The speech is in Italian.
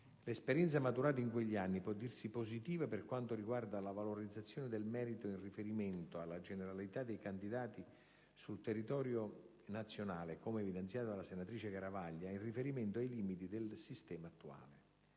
L'esperienza maturata in quegli anni può dirsi positiva per quanto riguarda la valorizzazione del merito in riferimento alla generalità dei candidati sul territorio nazionale, come evidenziato dalla senatrice Garavaglia in riferimento ai limiti del sistema attuale.